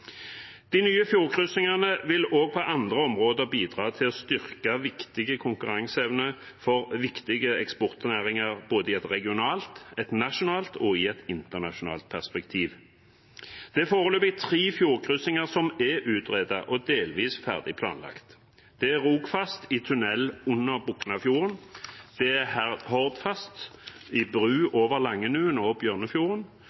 De nye fjordkryssingene vil også på andre områder bidra til å styrke viktig konkurranseevne for viktige eksportnæringer i både et regionalt, et nasjonalt og et internasjonalt perspektiv. Det er foreløpig tre fjordkryssinger som er utredet og delvis ferdig planlagt. Det er Rogfast i tunnel under Boknafjorden, det er Hordfast i bro over Langenuen og opp Bjørnefjorden, og det er Møreaksen i